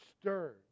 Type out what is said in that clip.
stirred